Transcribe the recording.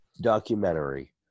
documentary